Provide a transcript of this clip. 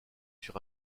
sur